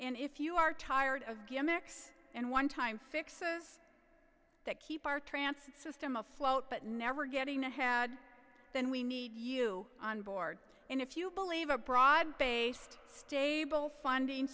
and if you are tired of gimmicks and one time fixes that keep our trance system afloat but never getting ahead than we need you on board and if you believe a broad based stable funding